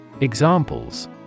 Examples